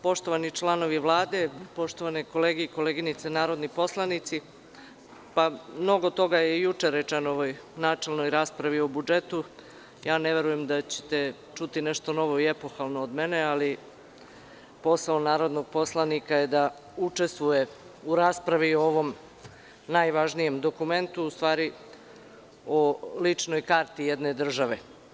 Poštovani članovi Vlade, poštovane kolege i koleginice narodni poslanici, mnogo toga je juče rečeno u ovoj načelnoj raspravi o budžetu, tako da ne verujem da ćete čuti nešto novo i epohalno od mene, ali posao narodnog poslanika je da učestvuje u raspravi o ovom najvažnijem dokumentu, u stvari o ličnoj karti jedne države.